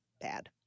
bad